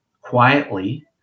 quietly